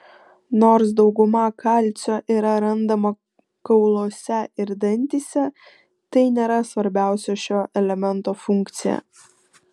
nors dauguma kalcio yra randama kauluose ir dantyse tai nėra svarbiausia šio elemento funkcija